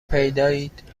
پیدایید